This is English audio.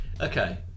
Okay